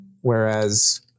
whereas